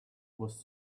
was